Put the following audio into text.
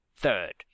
Third